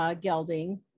gelding